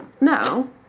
No